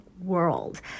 world